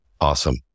Awesome